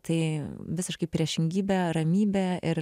tai visiškai priešingybė ramybė ir